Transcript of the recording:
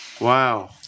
Wow